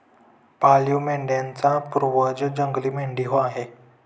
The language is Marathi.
पाळीव मेंढ्यांचा पूर्वज जंगली मेंढी आहे